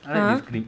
I write the script